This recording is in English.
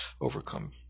overcome